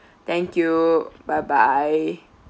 thank you bye bye